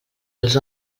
els